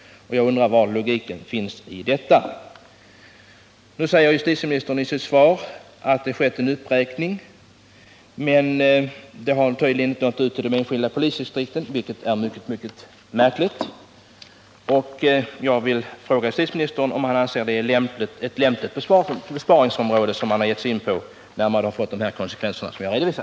Jag undrar var logiken finns i detta. Nu säger justitieministern i svaret att det gjorts en uppräkning, men detta har tydligen inte nått ut till de enskilda polisdistrikten, vilket är mycket märkligt. Jag vill fråga justitieministern om han, med tanke på de konsekvenser som jag här har redovisat, anser att man här gett sig in på ett lämpligt sparområde.